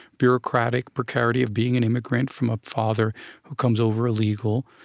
bureaucratic precarity of being an immigrant from a father who comes over illegal,